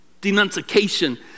denunciation